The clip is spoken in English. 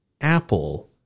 Apple